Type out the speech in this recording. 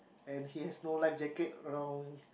and he has no life jacket around